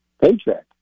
paycheck